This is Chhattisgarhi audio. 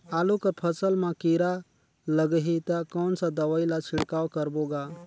आलू कर फसल मा कीरा लगही ता कौन सा दवाई ला छिड़काव करबो गा?